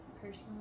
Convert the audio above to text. personally